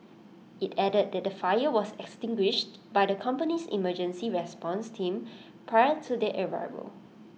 IT added that the fire was extinguished by the company's emergency response team prior to their arrival